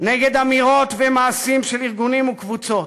נגד אמירות ומעשים של ארגונים וקבוצות,